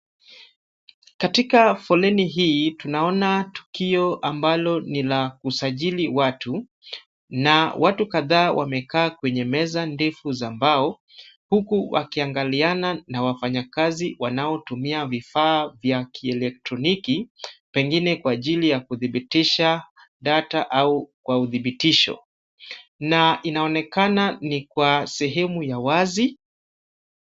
Katika foleni hii tunaona tukio ambalo ni la kusajili watu na watu kadhaa wamekaa kwenye meza ndefu za mbao, huku wakiangaliana na wafanyakazi wanaotumia vifaa vya kielektroniki, pengine kwa ajili ya kudhibitisha data au kwa udhibitisho na inaonekana ni kwa sehemu ya wazi.